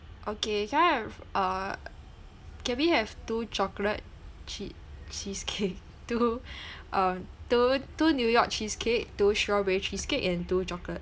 okay can I have uh can we have two chocolate chee~ cheesecake two uh two two new york cheesecake two strawberry cheesecake and two chocolate